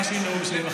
מה שינו ב-1975?